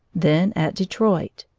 then at detroit,